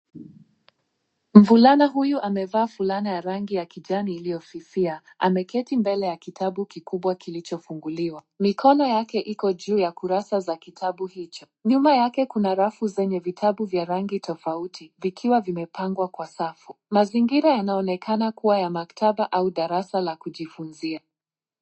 Mvulana huyu amevaa fulana ya rangi ya kijani iliyo fifia, ameketi mbele ya kitabu kikubwa kilicho funguliwa mikono yake iko juu ya kurasa za kitabu hicho. Nyuma yake kuna rafu zenye vitabu vya rangi tofauti vikiwa vimepangwa kwa safu. Mazingira yanaonekana kuwa ya maktaba au darasa la kujifunzia.